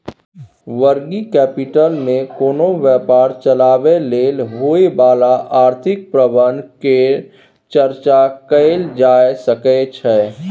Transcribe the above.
working capital मे कोनो व्यापार चलाबय लेल होइ बला आर्थिक प्रबंधन केर चर्चा कएल जाए सकइ छै